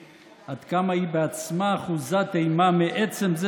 עד כמה היא בעצמה אחוזת אימה מעצם זה